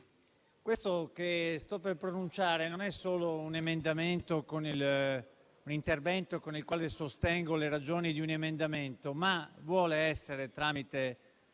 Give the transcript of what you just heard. quello che sto per pronunciare non è solo un intervento con il quale sostengo le ragioni di un emendamento, ma vuole essere, tramite